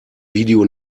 video